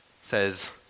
says